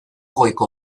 goiko